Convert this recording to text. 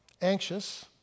anxious